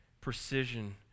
precision